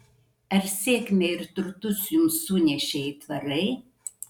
ar sėkmę ir turtus jums sunešė aitvarai